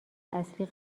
اصلی